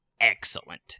excellent